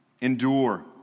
endure